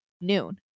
noon